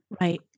right